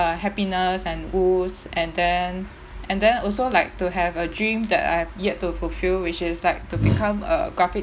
uh happiness and woes and then and then also like to have a dream that I've yet to fulfil which is like to become a graphic